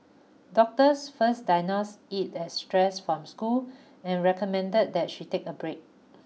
doctors first diagnose it as stress from school and recommended that she take a break